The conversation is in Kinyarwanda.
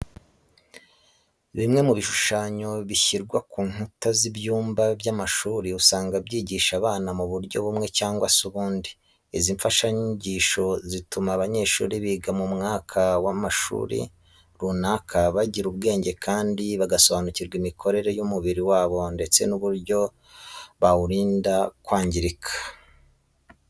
Bimwe mu bishushanyo bishyirwa ku nkuta z'ibyumba by'amashuri usanga byigisha abana mu buryo bumwe cyangwa se ubundi. Izi mfashanyigisho zituma abanyeshuri biga mu mwaka w'amashuri runaka bagira ubwenge kandi bagasobanukirwa imikorere y'umubiri wabo ndetse n'uburyo bawurinda kwangirika.